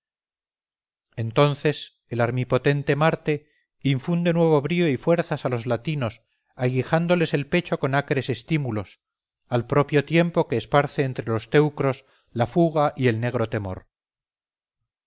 entonces el armipotente marte infunde nuevo brío y fuerzas a los latinos aguijándoles el pecho con acres estímulos al propio tiempo que esparce entre los teucros la fuga y el negro temor